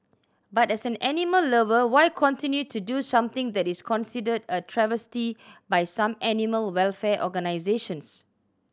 but as an animal lover why continue to do something that is considered a travesty by some animal welfare organisations